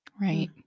Right